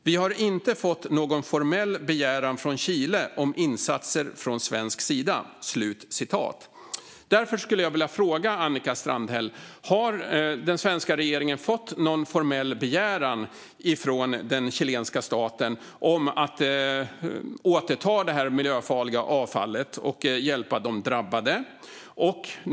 Vi har inte fått någon formell begäran från Chile om insatser från svensk sida." Därför skulle jag vilja fråga Annika Strandhäll: Har den svenska regeringen fått någon formell begäran från den chilenska staten om att återta det här miljöfarliga avfallet och hjälpa de drabbade?